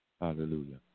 Hallelujah